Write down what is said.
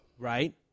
Right